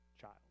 child